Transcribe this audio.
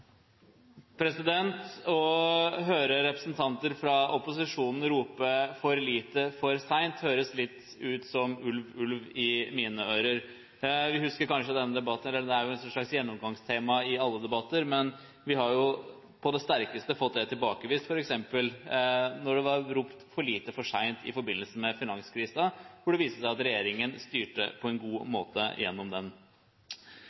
slags gjennomgangstema i alle debatter, men vi har jo på det sterkeste fått det tilbakevist – da det ble ropt «for lite, for sent» i forbindelse med finanskrisen, hvor det viste seg at regjeringen styrte på en god